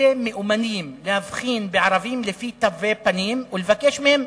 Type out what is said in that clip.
אלה מאומנים להבחין בערבים לפי תווי פנים ולבקש מהם,